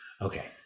Okay